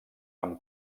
amb